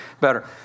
better